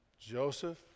Joseph